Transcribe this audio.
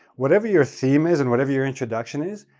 whatever your theme is and whatever your introduction is,